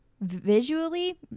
visually